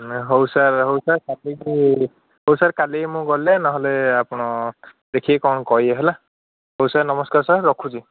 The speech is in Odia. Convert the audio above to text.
ନା ହଉ ସାର୍ ହଉ ସାର୍ କାଲିକି ହଉ ସାର୍ କାଲିକି ମୁଁ ଗଲେ ନହେଲେ ଆପଣ ଦେଖିକି କ'ଣ କହିବେ ହେଲା ହଉ ସାର୍ ନମସ୍କାର ସାର୍ ରଖୁଛି